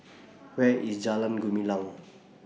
Where IS Jalan Gumilang